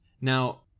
Now